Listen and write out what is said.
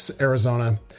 Arizona